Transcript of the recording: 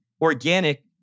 organic